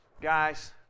guys